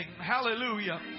Hallelujah